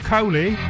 Coley